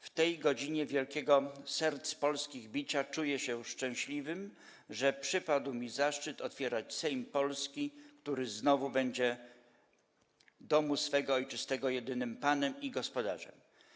W tej godzinie wielkiego serc polskich bicia czuję się szczęśliwym, że przypadł mi zaszczyt otwierać Sejm polski, który znowu będzie domu swego ojczystego jedynym panem i gospodarzem'